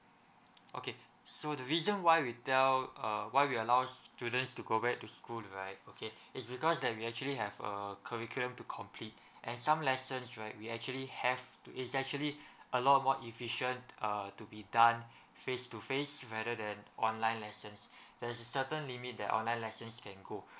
okay so the reason why we tell uh why we're allow students to go back to school right okay it's because that we actually have a curriculum to complete and some lessons right we actually have to is actually a lot more efficient uh to be done face to face rather than online lessons there's certain limit that online lessons can go